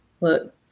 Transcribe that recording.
look